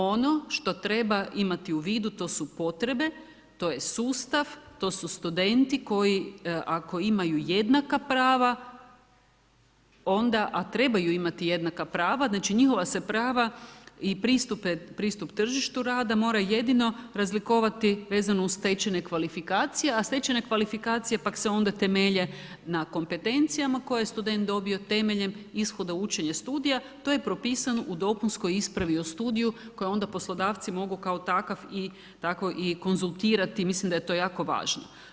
Ono što treba imati u vidu to su potrebe, to je sustav, to su studenti, koji, ako imaju jednaka prava, onda, a trebaju imati jednaka prava, znači njihova se prava i pristup tržištu rada, mora jedino razlikovati vezano uz stečene kvalifikacije, a stečene kvalifikacije, pak se onda temelje na kompetencijama koje je student donio temeljem ishoda učenja studija, to je propisan u dopunskoj ispravi o studiju, koji onda poslodavci mogu kao i tako konzultirati, mislim da je to jako važno.